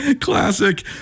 classic